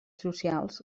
socials